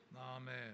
Amen